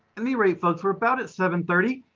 anyway folks, we're about at seven thirty.